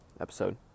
episode